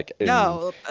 No